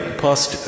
past